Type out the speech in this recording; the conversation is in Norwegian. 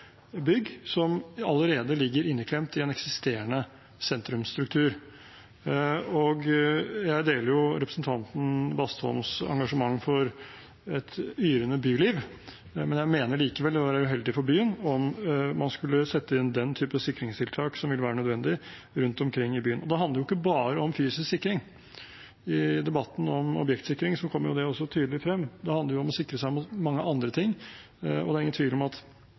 bygg som allerede ligger inneklemt i en eksisterende sentrumsstruktur. Jeg deler representanten Bastholms engasjement for et yrende byliv, men jeg mener likevel det ville være uheldig for byen om man skulle sette inn den type sikringstiltak som vil være nødvendig, rundt omkring i byen. Og det handler ikke bare om fysisk sikring. I debatten om objektsikring kom det tydelig frem at det også handler om å sikre seg mot mange andre ting. Det er ingen tvil om at